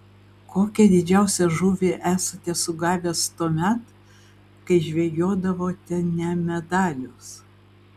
kokią didžiausią žuvį esate sugavęs tuomet kai žvejodavote ne medalius